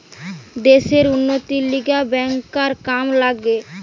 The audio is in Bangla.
দ্যাশের উন্নতির লিগে ব্যাংকার কাম লাগে